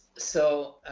so.